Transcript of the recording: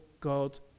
god